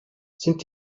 sind